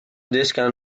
discount